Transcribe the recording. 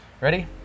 ready